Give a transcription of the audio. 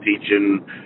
teaching